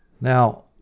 Now